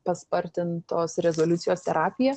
paspartintos rezoliucijos terapija